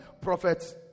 prophets